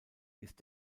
ist